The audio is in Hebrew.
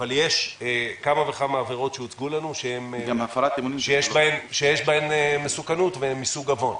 אבל יש כמה וכמה עבירות שהוצגו לנו שיש בהן מסוכנות והן מסוג עוון.